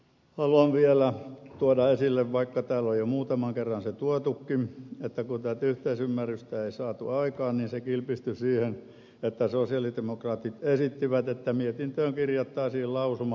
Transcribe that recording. haluan vielä tuoda esille vaikka täällä on jo muutaman kerran se tuotukin että kun tätä yhteisymmärrystä ei saatu aikaan se kilpistyi siihen että sosialidemokraatit esittivät että mietintöön kirjattaisiin lausuma